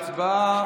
אנחנו נעבור להצבעה,